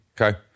Okay